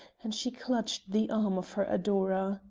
and she clutched the arm of her adorer.